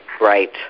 Right